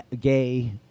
gay